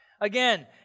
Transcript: Again